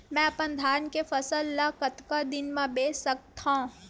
मैं अपन धान के फसल ल कतका दिन म बेच सकथो?